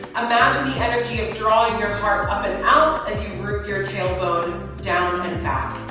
imagine the energy of drawing your heart up and out as you root your tailbone down and back.